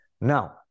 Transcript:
Now